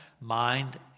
mind